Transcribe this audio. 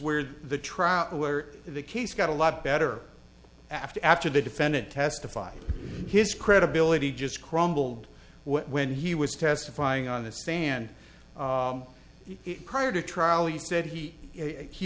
where the trout where the case got a lot better after after the defendant testified his credibility just crumbled when he was testifying on the stand prior to trial he said he he